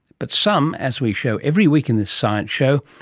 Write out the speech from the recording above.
but some, as we show every week in this science show,